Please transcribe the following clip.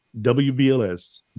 WBLS